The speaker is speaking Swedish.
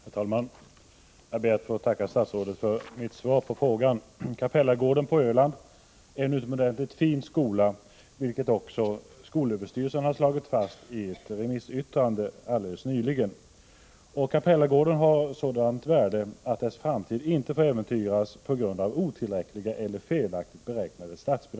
Herr talman! Jag ber att få tacka statsrådet för svaret på min fråga. Capellagården på Öland är en utomordentligt fin skola, vilket också skolöverstyrelsen slagit fast i ett remissyttrande alldeles nyligen. Capellagården har ett sådant värde att dess framtid inte får äventyras på grund av otillräckliga eller felaktigt beräknade statsbidrag. Prot.